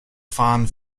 fahren